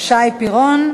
שי פירון.